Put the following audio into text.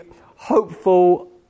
hopeful